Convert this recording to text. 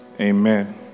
amen